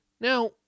Now